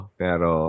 pero